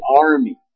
army